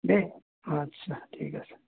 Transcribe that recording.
দেই অঁ আচ্ছা ঠিক আছে